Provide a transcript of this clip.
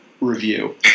review